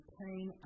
pain